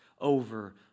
over